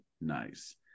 nice